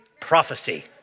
prophecy